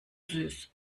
süß